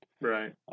Right